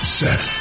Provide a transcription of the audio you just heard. set